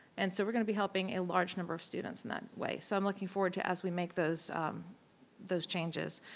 and so we're going to be helping a large number of students in that way. so i'm looking forward to as we make those those changes.